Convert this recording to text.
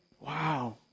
Wow